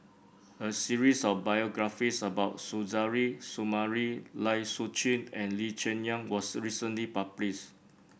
a series of biographies about Suzairhe Sumari Lai Siu Chiu and Lee Cheng Yan was recently published